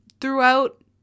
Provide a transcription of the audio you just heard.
throughout